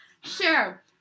Sure